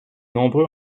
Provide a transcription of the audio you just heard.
nombreux